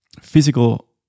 physical